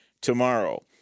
tomorrow